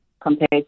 compared